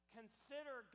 consider